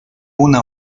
una